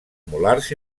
molars